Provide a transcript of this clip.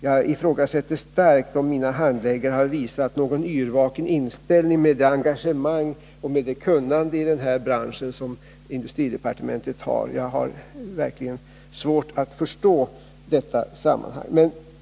Jag ifrågasätter starkt om mina handläggare har visat någon yrvaken inställning, mot bakgrund av det engagemang och det kunnande i den här branschen som industridepartementet har. Jag har verkligen svårt att förstå detta sammanhang.